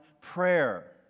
prayer